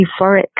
euphoric